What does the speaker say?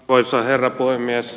arvoisa herra puhemies